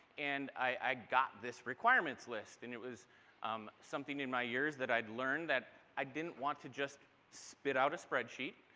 and i got this requirements list. and it was um something in my years that i've learned that i didn't want to just spit out a spread sheet,